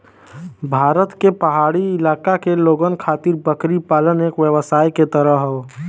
भारत के पहाड़ी इलाका के लोगन खातिर बकरी पालन एक व्यवसाय के तरह हौ